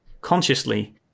consciously